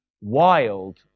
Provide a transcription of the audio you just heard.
wild